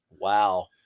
Wow